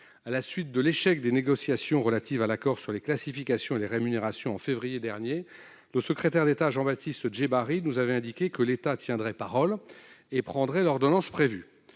À la suite de l'échec des négociations relatives à l'accord sur les classifications et les rémunérations en février dernier, le secrétaire d'État Jean-Baptiste Djebbari nous avait indiqué que l'État tiendrait parole et prendrait l'ordonnance prévue.